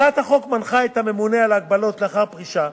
הצעת החוק מנחה את הממונה על ההגבלות לאחר פרישה,